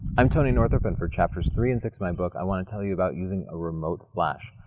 i'm tony northrup and for chapters three and six of my book i want to tell you about using a remote flash.